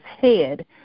head